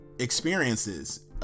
experiences